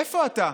איפה אתה?